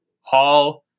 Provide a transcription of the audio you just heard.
Hall